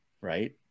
Right